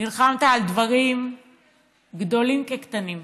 נלחמת על דברים גדולים כקטנים,